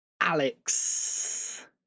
Alex